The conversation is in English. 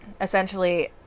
essentially